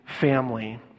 family